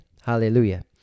Hallelujah